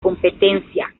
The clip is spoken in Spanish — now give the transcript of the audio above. competencia